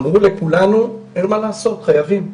אמרו לכולנו: אין מה לעשות, חייבים,